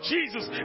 Jesus